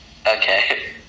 okay